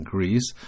Greece